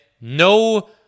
no